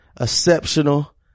exceptional